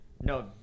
No